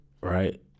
right